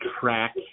track